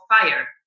fire